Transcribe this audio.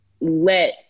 let